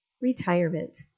Retirement